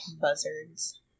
Buzzards